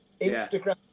Instagram